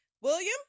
William